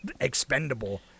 expendable